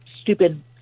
stupid